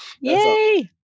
yay